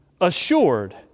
assured